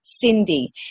Cindy